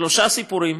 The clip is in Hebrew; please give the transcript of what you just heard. שלושה סיפורים